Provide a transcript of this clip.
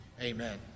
amen